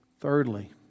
Thirdly